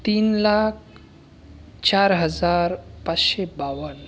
तीन लाख चार हजार पाचशे बावन्न